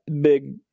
big